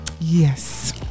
Yes